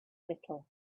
little